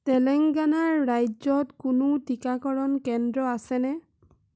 তেলেংগানা ৰাজ্যত কোনো টীকাকৰণ কেন্দ্ৰ আছেনে